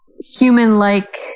human-like